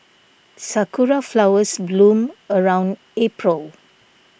sakura flowers bloom around April